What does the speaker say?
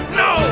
no